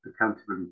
Accountability